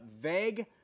vague